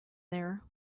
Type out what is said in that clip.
there